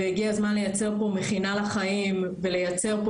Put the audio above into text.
והגיע הזמן לייצר פה מכינה לחיים ולייצר פה